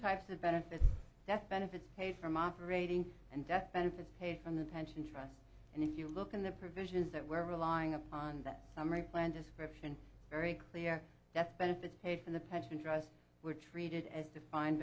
types of benefits death benefits paid from operating and death benefits paid from the pension trust and if you look at the provisions that were relying upon that summary plan description very clear that benefits paid from the pension trust were treated as defined